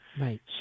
Right